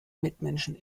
mitmenschen